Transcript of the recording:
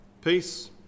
Peace